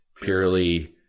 purely